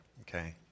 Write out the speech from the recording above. okay